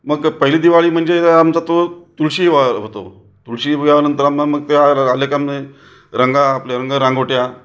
मग पहिली दिवाळी म्हणजे आमचा तो तुळशी विवाह होतो तुळशी विवाहानंतर मग मग मग त्या राहले काम मग रंगा आपल्या रंग रंगोट्या